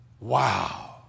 Wow